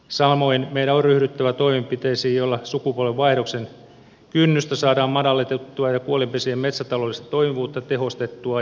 samoin meidän on ryhdyttävä toimenpiteisiin joilla sukupolvenvaihdoksen kynnystä saadaan madallettua ja kuolinpesien metsätaloudellista toimivuutta tehostettua